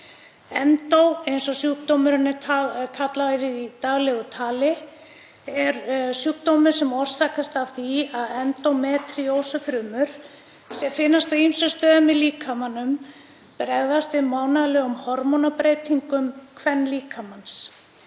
Endó, eins og sjúkdómurinn er kallaður í daglegu tali, er sjúkdómur sem orsakast af því að endómetríósufrumur sem finnast á ýmsum stöðum í líkamanum bregðast við mánaðarlegum hormónabreytingum kvenlíkamans.